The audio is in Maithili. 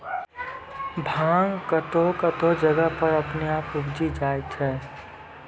भांग कतौह कतौह जगह पर अपने आप उपजी जाय छै